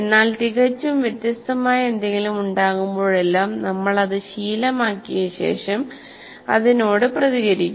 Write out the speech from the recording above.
എന്നാൽ തികച്ചും വ്യത്യസ്തമായ എന്തെങ്കിലും ഉണ്ടാകുമ്പോഴെല്ലാം നമ്മൾ അത് ശീലമാക്കിയ ശേഷം അതിനോട് പ്രതികരിക്കും